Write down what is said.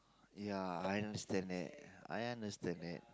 ya I understand that I understand that